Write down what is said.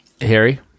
Harry